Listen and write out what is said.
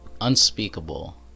unspeakable